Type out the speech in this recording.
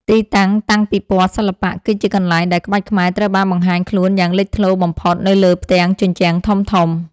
ទីតាំងតាំងពិព័រណ៍សិល្បៈ គឺជាកន្លែងដែលក្បាច់ខ្មែរត្រូវបានបង្ហាញខ្លួនយ៉ាងលេចធ្លោបំផុតនៅលើផ្ទាំងជញ្ជាំងធំៗ។